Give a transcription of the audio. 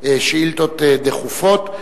בשאילתות דחופות,